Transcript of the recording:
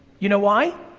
you know why?